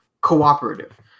cooperative